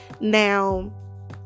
Now